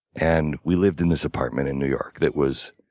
and we lived in this apartment in new york that was